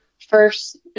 first